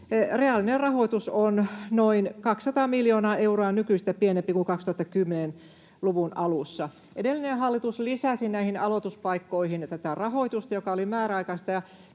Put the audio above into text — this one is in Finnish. reaalinen rahoitus on nykyisin noin 200 miljoonaa euroa pienempi kuin 2010-luvun alussa. Edellinen hallitus lisäsi näihin aloituspaikkoihin tätä rahoitusta, joka oli määräaikaista,